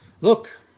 look